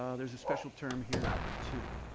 ah there's a special term here, too,